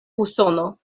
usono